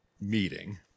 meeting